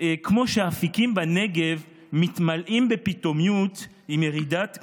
כמו שהאפיקים בנגב מתמלאים בפתאומיות עם ירידת הגשמים,